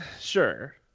sure